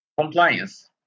Compliance